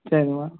சரி மேம்